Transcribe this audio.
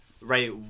right